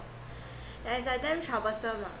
yeah it's like damn troublesome ah